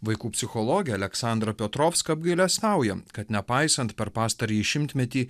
vaikų psichologė aleksandra piotrovska apgailestauja kad nepaisant per pastarąjį šimtmetį